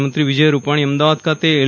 મુખ્યમંત્રી વિજય રૂપાલીએ અમદાવાદ ખાતે એલ